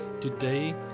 Today